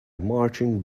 marching